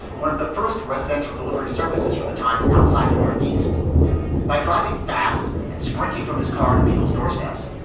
one of the first residential delivery services for the times outside the northeast by driving fast and sprinting from his car to people's doorsteps.